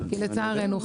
כי לצערנו,